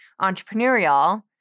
entrepreneurial